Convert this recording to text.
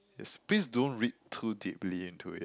yes please don't read too deeply into it